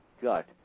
gut